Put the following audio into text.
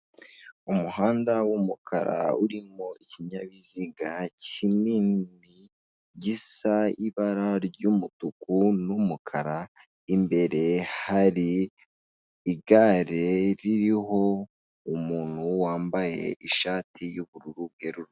Umuhanda w'umukara urimo ikinyabiziga kinini gisa ibara ry'umutuku n'umukara. Imbere hari igare ririho umuntu wambaye ishati y'ubururu bwerurutse.